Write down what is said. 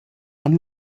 han